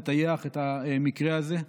תטייח את המקרה הזה.